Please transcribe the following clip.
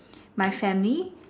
my family